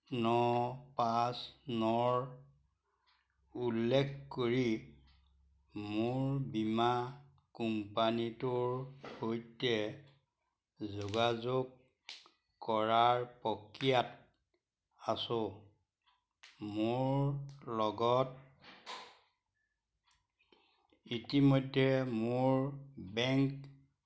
ন পাঁচ নৰ উল্লেখ কৰি মোৰ বীমা কোম্পানীটোৰ সৈতে যোগাযোগ কৰাৰ প্ৰক্ৰিয়াত আছোঁ মোৰ লগত ইতিমধ্যে মোৰ বেংক